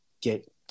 get